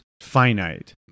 finite